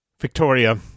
Victoria